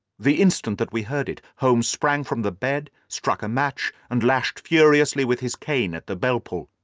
the instant that we heard it, holmes sprang from the bed, struck a match, and lashed furiously with his cane at the bell-pull.